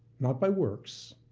not by works,